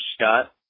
Scott